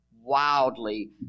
wildly